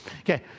Okay